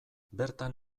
bertan